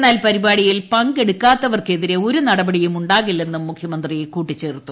എന്നാൽ പരിപാടിയിൽ പങ്കെടുക്കാത്തവർക്കെതിരെ ഒരു നടപടിയും ഉണ്ടാകില്ലെന്നും മുഖ്യമന്ത്രി കൂട്ടിച്ചേർത്തു